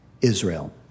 Israel